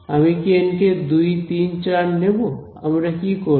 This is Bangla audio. আমি কি এন কে 2 3 4 নেব আমরা কি করব